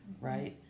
right